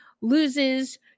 loses